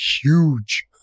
huge